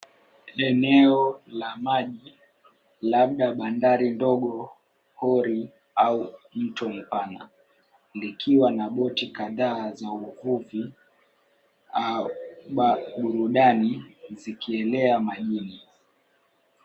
Eneo la maji labda bandari ndogo, pori au mto mpana likiwa na boti kadhaa za uvuvi au burudani zikielea majini.